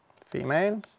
female